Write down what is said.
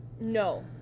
No